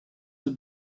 had